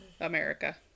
America